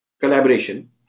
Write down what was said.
collaboration